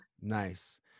Nice